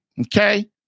Okay